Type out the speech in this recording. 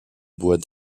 bois